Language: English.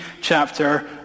chapter